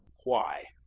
why?